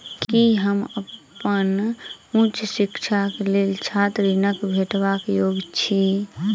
की हम अप्पन उच्च शिक्षाक लेल छात्र ऋणक भेटबाक योग्य छी?